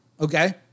okay